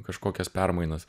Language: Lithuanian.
kažkokias permainas